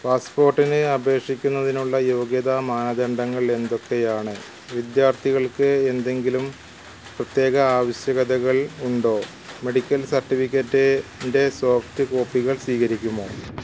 പാസ്പ്പോർട്ടിന് അപേക്ഷിക്കുന്നതിനുള്ള യോഗ്യതാ മാനദണ്ഡങ്ങൾ എന്തൊക്കെയാണ് വിദ്യാർത്ഥികൾക്ക് എന്തെങ്കിലും പ്രത്യേക ആവശ്യകതകൾ ഉണ്ടോ മെഡിക്കൽ സർട്ടിഫിക്കറ്റിന്റെ സോഫ്റ്റ് കോപ്പികൾ സ്വീകരിക്കുമോ